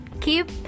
keep